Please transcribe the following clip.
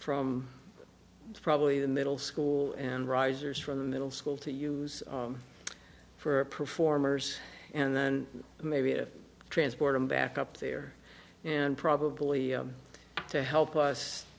from probably the middle school and risers from middle school to use for performers and then maybe a transport him back up there and probably to help us